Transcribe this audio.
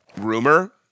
rumor